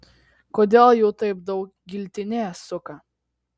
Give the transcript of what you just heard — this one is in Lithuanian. kodėl jų taip daug giltinė suka